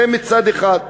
זה מצד אחד.